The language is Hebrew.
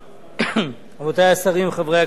רבותי השרים, חברי הכנסת,